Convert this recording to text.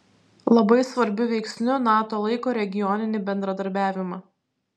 labai svarbiu veiksniu nato laiko regioninį bendradarbiavimą